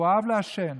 הוא אהב לעשן,